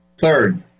Third